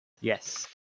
Yes